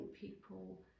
people